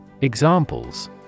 Examples